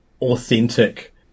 authentic